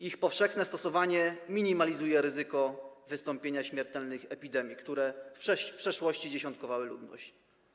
Ich powszechne stosowanie minimalizuje ryzyko wystąpienia śmiertelnych epidemii, które w przeszłości dziesiątkowały ludność.